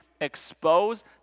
expose